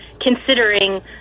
considering